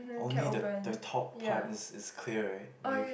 only the the top part is is clear right where you can